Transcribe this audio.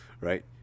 Right